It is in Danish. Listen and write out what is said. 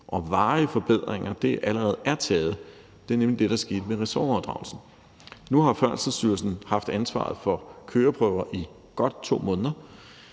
og varige forbedringer allerede er taget, for det var nemlig det, der skete med ressortoverdragelsen. Nu har Færdselsstyrelsen haft ansvaret for køreprøver i godt to måneder,